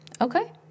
Okay